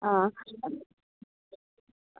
हां